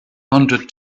hundred